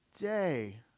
day